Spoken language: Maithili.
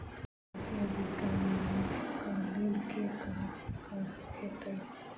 के.वाई.सी अद्यतनीकरण कऽ लेल की करऽ कऽ हेतइ?